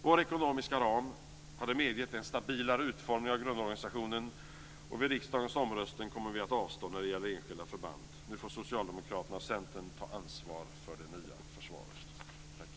Vår ekonomiska ram hade medgett en stabilare utformning av grundorganisationen, och vid riksdagens omröstning kommer vi att avstå när det gäller enskilda förband. Nu får Socialdemokraterna och Centern ta ansvar för "Det nya försvaret".